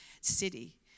city